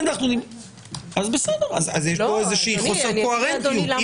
יש פה חוסר קוהרנטיות.